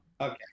Okay